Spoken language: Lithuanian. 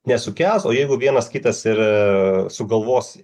nesukels o jeigu vienas kitas ir sugalvos